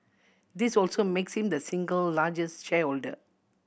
this also makes him the single largest shareholder